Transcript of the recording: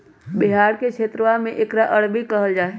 बिहार के क्षेत्रवा में एकरा अरबी कहल जाहई